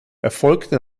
erfolgte